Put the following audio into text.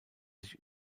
sich